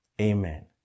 Amen